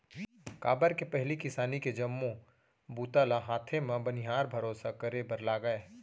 काबर के पहिली किसानी के जम्मो बूता ल हाथे म बनिहार भरोसा करे बर लागय